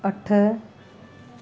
अठ